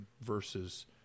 versus